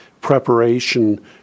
preparation